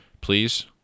Please